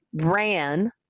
ran